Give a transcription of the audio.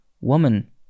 Woman